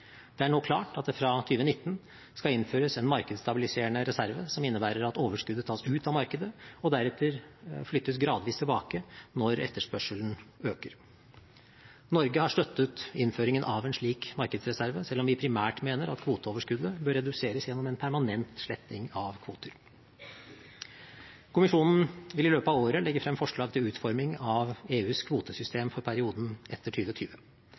Det er nå klart at det fra 2019 skal innføres en markedsstabiliserende reserve, som innebærer at overskuddet tas ut av markedet og deretter gradvis flyttes tilbake når etterspørselen øker. Norge har støttet innføringen av en slik markedsreserve, selv om vi primært mener at kvoteoverskuddet bør reduseres gjennom en permanent sletting av kvoter. Kommisjonen vil i løpet av året legge frem forslag til utforming av EUs kvotesystem for perioden etter